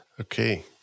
Okay